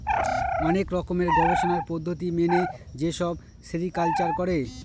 অনেক রকমের গবেষণার পদ্ধতি মেনে যেসব সেরিকালচার করে